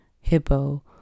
hippo